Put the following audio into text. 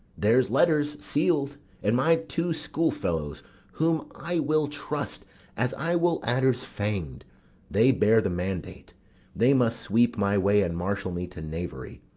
there's letters seal'd and my two schoolfellows whom i will trust as i will adders fang'd they bear the mandate they must sweep my way and marshal me to knavery.